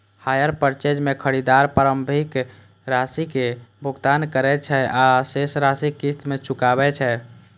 hire purchase मे खरीदार प्रारंभिक राशिक भुगतान करै छै आ शेष राशि किस्त मे चुकाबै छै